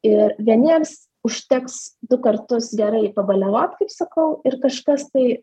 ir vieniems užteks du kartus gerai pabaliavot kaip sakau ir kažkas tai